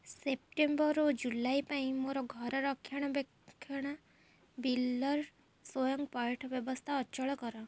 September ଓ July ପାଇଁ ମୋର ଘର ରକ୍ଷଣା ବେକ୍ଷଣ ବିଲର ସ୍ଵୟଂ ପଇଠ ବ୍ୟବସ୍ଥା ଅଚଳ କର